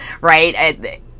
Right